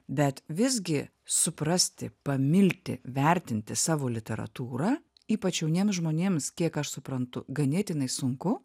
bet visgi suprasti pamilti vertinti savo literatūrą ypač jauniems žmonėms kiek aš suprantu ganėtinai sunku